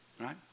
right